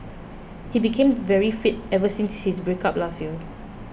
he became very fit ever since his break up last year